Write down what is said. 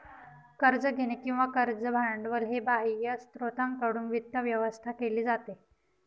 कर्ज घेणे किंवा कर्ज भांडवल हे बाह्य स्त्रोतांकडून वित्त व्यवस्था केली जाते